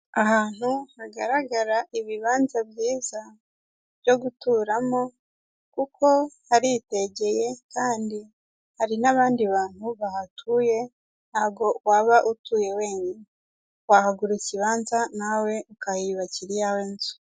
Ahantu hagaragara ibibanza byiza byo guturamo kuko haritegeye kandi hari n'abandi bantu bahatuye ntago waba utuye wenyine, wahagura ikibanza nawe ukahiyubakira iyawe nzu.